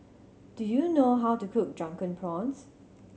do you know how to cook Drunken Prawns